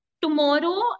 tomorrow